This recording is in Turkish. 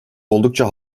oldukça